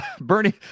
Bernie